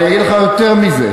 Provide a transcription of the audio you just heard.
אני אגיד לך יותר מזה,